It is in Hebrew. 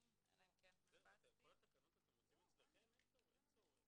להעביר" כי יכול להיות שזו לא התחנה האחרונה אלא שיש כאן העברות